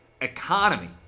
Economy